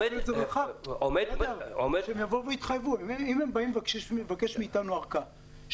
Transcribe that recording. אם הם באים לבקש מאיתנו ארכה,